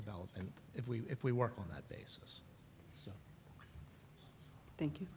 development if we if we work on that basis thank